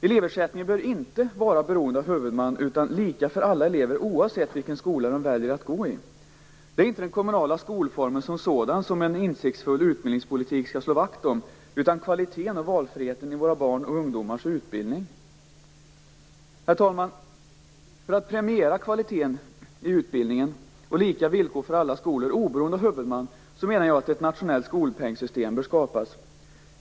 Eleversättningen bör inte vara beroende av huvudman, utan skall vara lika för alla elever oavsett vilken skola de väljer att gå i. Det är inte den kommunala skolformen som sådan som en insiktsfull utbildningspolitik skall slå vakt om, utan kvaliteten och valfriheten i våra barns och ungdomars utbildning. Herr talman! För att premiera kvalitet i utbildningen och lika villkor för alla skolor, oberoende av huvudman, menar jag att ett nationellt skolpengssystem bör skapas.